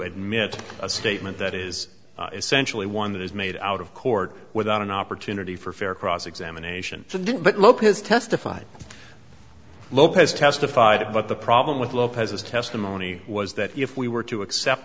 admit a statement that is essentially one that is made out of court without an opportunity for fair cross examination but lopez testified lopez testified but the problem with lopez's testimony was that if we were to accept